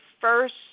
first